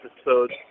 episodes